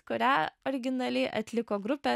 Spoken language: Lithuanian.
kurią originaliai atliko grupė